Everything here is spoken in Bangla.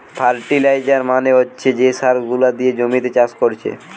ফার্টিলাইজার মানে হচ্ছে যে সার গুলা দিয়ে জমিতে চাষ কোরছে